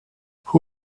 who